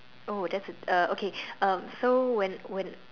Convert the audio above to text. oh that's okay so when when